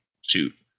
shoot